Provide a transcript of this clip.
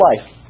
life